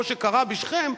כמו שקרה בשכם,